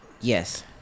Yes